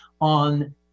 on